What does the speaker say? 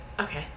Okay